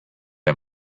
him